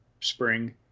spring